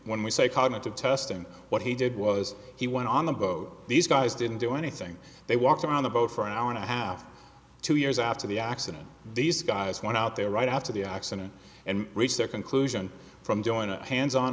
when we say cognitive testing what he did was he went on the boat these guys didn't do anything they walked around the boat for an hour and a half two years after the accident these guys went out there right after the accident and reach their conclusion from doing a hands on